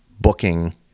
booking